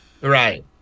right